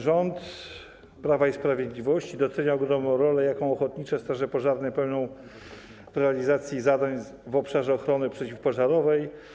Rząd Prawa i Sprawiedliwości docenia ogromną rolę, jaką ochotnicze straże pożarne odgrywają w realizacji zadań w obszarze ochrony przeciwpożarowej.